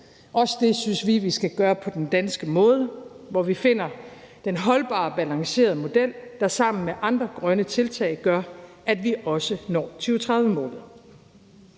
Også det synes vi vi skal gøre på den danske måde, hvor vi finder den holdbare balancerede model, der sammen med andre grønne tiltag gør, at vi også når 2030-målet.